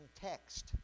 text